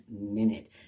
Minute